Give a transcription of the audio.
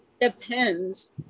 depends